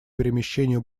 перемещению